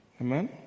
Amen